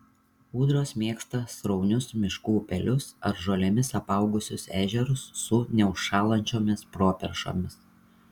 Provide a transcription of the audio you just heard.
ūdros mėgsta sraunius miškų upelius ar žolėmis apaugusius ežerus su neužšąlančiomis properšomis